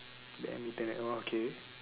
badminton eh oh okay